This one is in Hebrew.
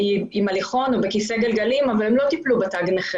היום היא נעזרת בהליכון ובכיסא גלגלים אבל היא לא טיפלה בזמן בתו